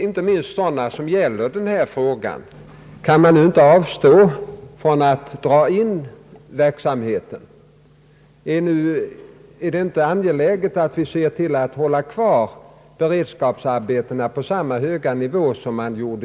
Det finns många som anser att man borde avstå från att lägga ned beredskapsarbetena och många som finner det angeläget att den verksamheten bibehålles på samma höga nivå som i fjol.